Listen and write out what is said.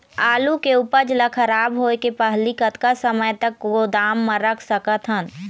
आलू के उपज ला खराब होय के पहली कतका समय तक गोदाम म रख सकत हन?